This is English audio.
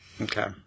Okay